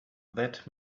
that